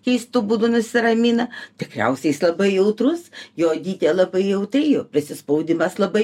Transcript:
keistu būdu nusiramina tikriausiai jis labai jautrus jo odytė labai jautri prisispaudimas labai